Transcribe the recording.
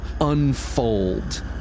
unfold